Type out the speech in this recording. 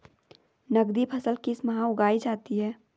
नकदी फसल किस माह उगाई जाती है?